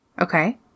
Okay